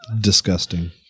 Disgusting